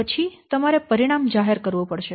પછી તમારે પરિણામ જાહેર કરવું પડશે